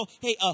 hey